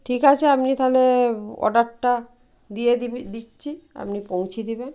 ঠিক আছে আপনি থালে অর্ডারটা দিয়ে দিবি দিচ্ছি আপনি পৌঁছে দেবেন